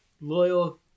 loyal